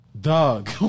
Dog